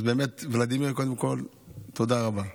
אז באמת, ולדימיר, קודם כול תודה רבה.